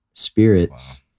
spirits